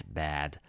bad